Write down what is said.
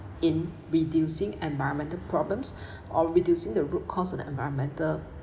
in reducing environmental problems or reducing the root cause of the environmental